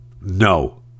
No